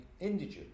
indigenous